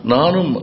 Nanum